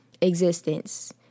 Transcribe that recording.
existence